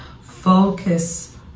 focus